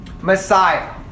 Messiah